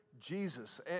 Jesus